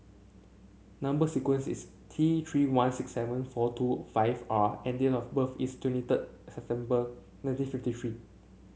number sequence is T Three one six seven four two five R and date of birth is twenty third September nineteen fifty three